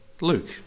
Luke